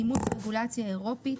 אימוץ רגולציה אירופית,